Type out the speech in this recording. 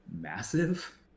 massive